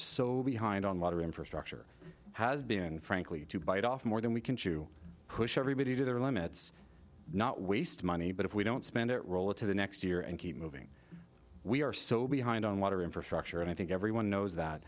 so behind on water infrastructure has been frankly to bite off more than we can chew push everybody to their limits not waste money but if we don't spend it roll it to the next year and keep moving we are so behind on water infrastructure and i think everyone knows that